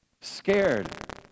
Scared